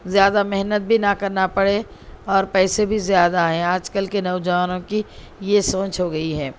زیادہ محنت بھی نہ کرنا پڑے اور پیسے بھی زیادہ آئیں آج کل کے نوجوانوں کی یہ سوچ ہو گئی ہے